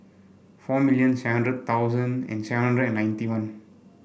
four million seven hundred thousand and seven hundred and ninety one